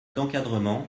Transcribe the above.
d’encadrement